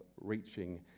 reaching